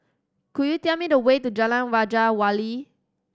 could you tell me the way to Jalan Waja Wali